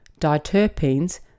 diterpenes